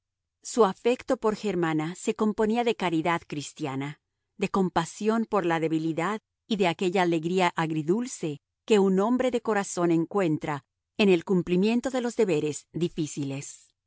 su afecto por germana se componía de caridad cristiana de compasión por la debilidad y de aquella alegría agridulce que un hombre de corazón encuentra en el cumplimiento de los deberes difíciles